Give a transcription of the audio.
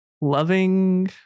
loving